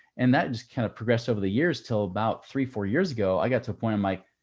and that just kind of progressed over the years till about three, four years ago, i got to a point i'm like,